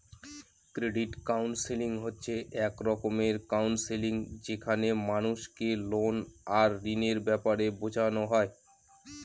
credit counselling হচ্ছে এক রকমের কাউন্সেলিং যেখানে মানুষকে লোন আর ঋণের ব্যাপারে বোঝানো হয়